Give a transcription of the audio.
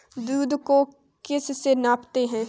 दूध को किस से मापते हैं?